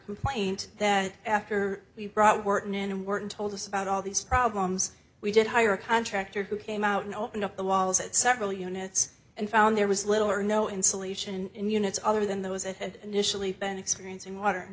complaint that after we brought worton in and weren't told us about all these problems we did hire a contractor who came out and opened up the walls at several units and found there was little or no insulation in units other than those that had initially been experiencing water